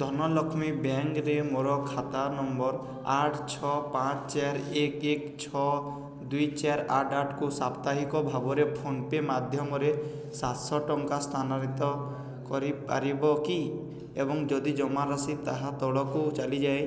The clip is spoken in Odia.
ଧନଲକ୍ଷ୍ମୀ ବ୍ୟାଙ୍କରେ ମୋର ଖାତା ନମ୍ବର ଆଠ ଛଅ ପାଞ୍ଚ ଚାରି ଏକ ଏକ ଛଅ ଦୁଇ ଚାରି ଆଠ ଆଠକୁ ସାପ୍ତାହିକ ଭାବରେ ଫୋନ ପେ ମାଧ୍ୟମରେ ସାତ ଶହ ଟଙ୍କା ସ୍ଥାନାନ୍ତରିତ କରିପାରିବ କି ଏବଂ ଯଦି ଜମା ରାଶି ତାହା ତଳକୁ ଚାଲିଯାଏ